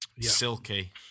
silky